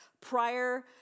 prior